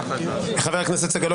ברוב קשב